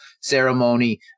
ceremony